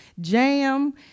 jam